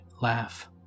laugh